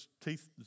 teeth